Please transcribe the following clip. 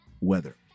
weather